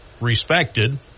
respected